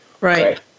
Right